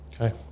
Okay